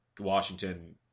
Washington